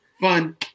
Fun